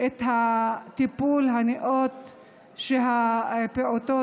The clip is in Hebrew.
את הטיפול הנאות שהפעוטות,